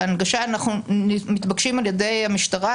אנחנו מתבקשים על ידי המשטרה,